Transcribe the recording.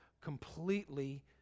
completely